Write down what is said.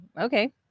okay